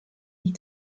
die